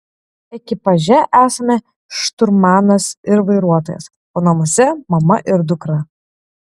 ekipaže esame šturmanas ir vairuotojas o namuose mama ir dukra